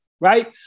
right